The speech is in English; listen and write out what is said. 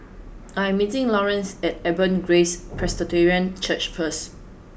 I am meeting Laurance at Abundant Grace Presbyterian Church first